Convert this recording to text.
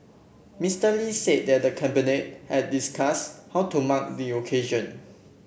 Mister Lee said that the Cabinet had discussed how to mark the occasion